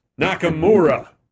Nakamura